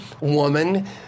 woman